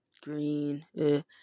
green